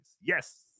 Yes